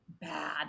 bad